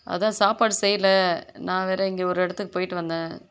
அதுதான் சாப்பாடு செய்யலை நான் வேற இங்கே ஒரு இடத்துக்கு போய்ட்டு வந்தேன்